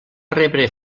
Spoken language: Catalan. rebre